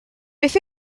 beth